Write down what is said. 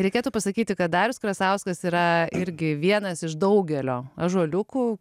reikėtų pasakyti kad darius krasauskas yra irgi vienas iš daugelio ąžuoliukų